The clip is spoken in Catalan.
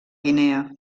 guinea